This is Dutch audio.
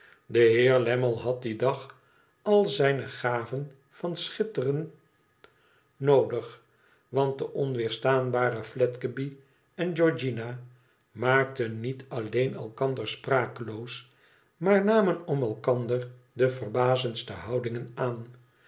de heer lammie had dien dag al zijne gaven van schitteren noodig want de onweerstaanbare fiedgeby en georgiana maakten niet alleen elkander sprakeloos maar namen om elkander de verbazendste houdingen aan